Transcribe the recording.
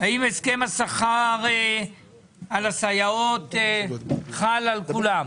האם הסכם השכר על הסייעות חל על כולם?